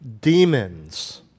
demons